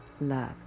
Love